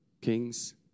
kings